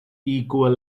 equal